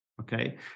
Okay